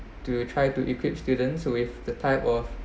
to try to equip students with the type of